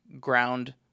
ground